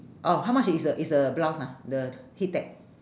orh how much is the is the blouse ah the heat tech